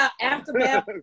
aftermath